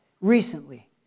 recently